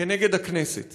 כנגד הכנסת